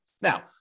Now